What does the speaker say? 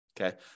Okay